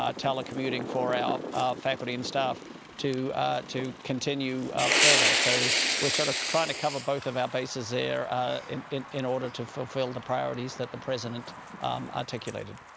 um telecommuting for our faculty and staff to to continue further. so we're sort of trying to cover both of our bases there in in order to fulfill the priorities that the president articulated.